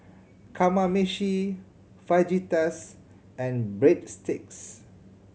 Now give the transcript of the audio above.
Kamameshi Fajitas and Breadsticks